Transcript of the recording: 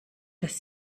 dass